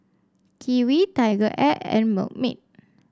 Kiwi TigerAir and Milkmaid